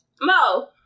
Mo